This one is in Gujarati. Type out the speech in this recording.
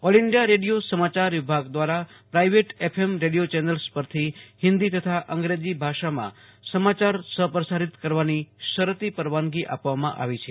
ઓલ ઈન્ડિયા રેડિયો સમાચાર વિભાગ દ્વારા પ્રાઈવેટ એફએમ રેડિયો ચેનલ્સ પરથી હિન્દી તથા અંગ્રેજી ભાષામાં સમાચાર સહ પ્રસારિત કરવાની શરતી પરવાનગી આપવામાં આવી છે